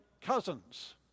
cousins